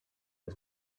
was